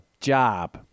job